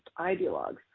ideologues